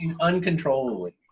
uncontrollably